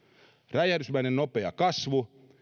räjähdysmäisen nopea kasvu